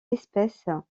espèces